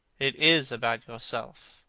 it is about yourself,